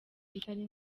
itari